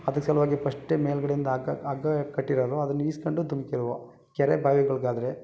ಅದಕ್ಕೆ ಸಲುವಾಗಿ ಪಸ್ಟೆ ಮೇಲುಗಡೆಯಿಂದ ಹಗ್ಗ ಹಗ್ಗ ಕಟ್ಟಿರೋರು ಅದನ್ನ ಇಸ್ಕೊಂಡು ಧುಮುಕಿರೊವು ಕೆರೆ ಬಾವಿಗಳಿಗಾದ್ರೆ